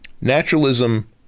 Naturalism